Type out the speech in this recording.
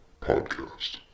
Podcast